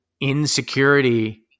insecurity